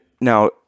now